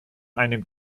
einem